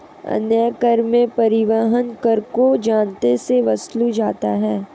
अन्य कर में परिवहन कर को जनता से वसूला जाता है